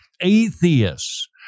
atheists